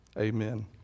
Amen